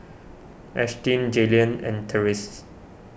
Ashtyn Jaylen and therese's